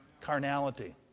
Carnality